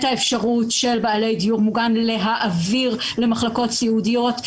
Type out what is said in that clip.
האפשרות של בעלי דיור מוגן להעביר למחלקות סיעודיות,